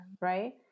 right